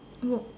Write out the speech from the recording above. no